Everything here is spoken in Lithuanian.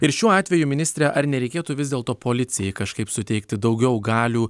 ir šiuo atveju ministre ar nereikėtų vis dėlto policijai kažkaip suteikti daugiau galių